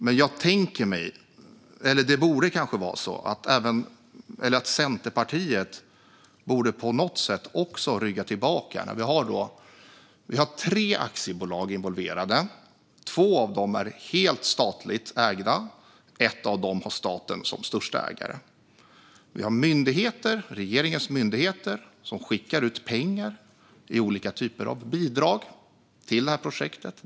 Men kanske borde även Centerpartiet rygga tillbaka när vi har tre aktiebolag involverade, varav två är helt statligt ägda och ett har staten som största ägare, och regeringens myndigheter skickar ut pengar i olika typer av bidrag till det här projektet.